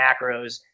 macros